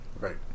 Right